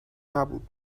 نبود